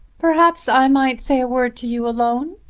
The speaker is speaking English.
perhaps i might say a word to you alone?